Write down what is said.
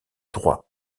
droit